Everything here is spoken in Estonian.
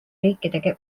riikide